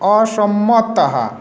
असम्मतः